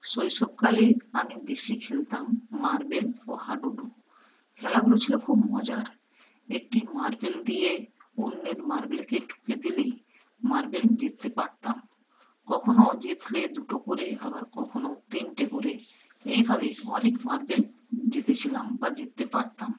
শৈশবকালে আমি বেশি খেলতাম মার্বেল ও হাডুডু খেলাগুলো ছিলো খুব মজার একটি মার্বেল দিয়ে অন্যের মার্বেলকে ঠুকে দিলেই মার্বেল জিততে পারতাম কখনো জিতলে দুটো করে আবার কখনো তিনটে করে এইভাবে অনেক মার্বেল জিতেছিলাম বা জিততে পারতাম